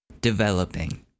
developing